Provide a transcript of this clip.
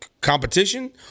competition